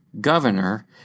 governor